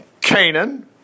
Canaan